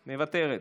מוותרת,